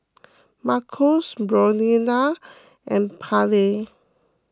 Marcos Brionna and Pallie